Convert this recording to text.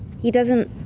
he doesn't.